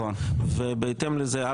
ובהתאם לזה,